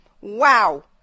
wow